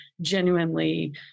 genuinely